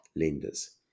lenders